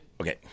okay